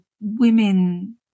women